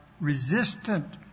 resistant